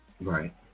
Right